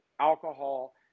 alcohol